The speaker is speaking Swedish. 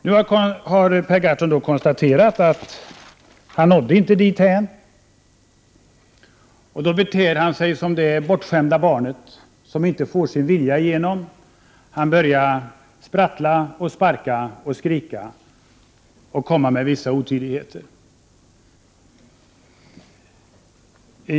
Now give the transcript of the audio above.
Nu har Per Gahrton konstaterat att han inte nådde dithän, och då beter han sig som det bortskämda barnet som inte får sin vilja igenom: han börjar sprattla, sparka och skrika och kommer med vissa otidigheter.